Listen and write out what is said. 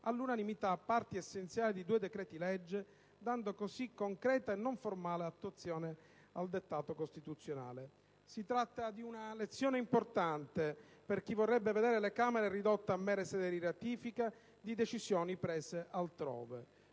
all'unanimità, parti essenziali di due decreti-legge, dando così concreta e non formale attuazione al dettato costituzionale. Si tratta di una lezione importante per chi vorrebbe vedere le Camere ridotte a mera sede di ratifica di decisioni prese altrove.